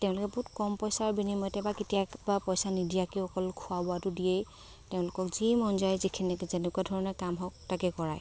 তেওঁলোকে বহুত কম পইচাৰ বিনিময়তে বা কেতিয়াবা পইচা নিদিয়াকৈ অকল খোৱা বোৱাটো দিয়েই তেওঁলোকক যি মন যায় যিখিনি যেনেকুৱা ধৰণৰ কাম হওক তাকে কৰায়